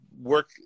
work